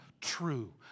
true